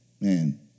man